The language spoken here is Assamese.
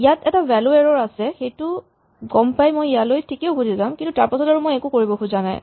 ইয়াত এটা ভ্যেলু এৰ'ৰ আছে সেইটো গম পাই মই ইয়ালৈ ঠিকেই উভতি যাম কিন্তু তাৰপাছত আৰু মই একো কৰিব খোজা নাই